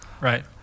Right